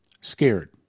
scared